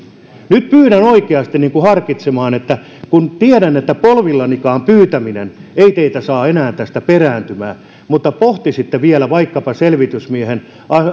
nyt pyydän oikeasti harkitsemaan kun tiedän että polvillanikaan pyytäminen ei teitä saa enää tästä perääntymään mutta pohtisitte vielä vaikkapa selvitysmiehen